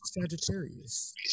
Sagittarius